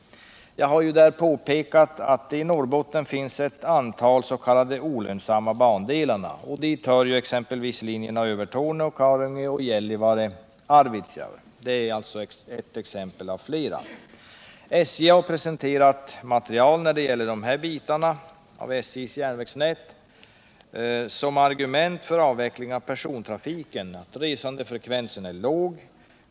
Jag har i den motionen påpekat att det i Norrbotten finns ett antal s.k. olönsamma bandelar. Dit hör exempelvis linjerna Övertorneå-Karungi och Gällivare-Arvidsjaur. Det är ett par exempel bland flera. SJ har som argument för avveckling av persontrafiken presenterat material som visar att resandefrekvensen är låg på de här bitarna av SJ:s järnvägsnät.